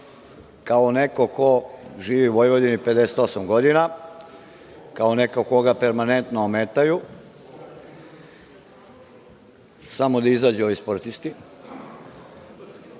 kao neko ko živi u Vojvodini 58 godina, kao neko koga permanentno ometaju… Samo da izađu ovi sportisti.